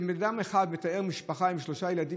שבן אדם אחד מתאר משפחה עם שלושה ילדים,